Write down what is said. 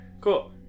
cool